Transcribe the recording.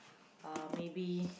uh maybe